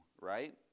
right